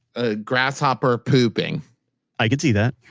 a grasshopper pooping i could see that.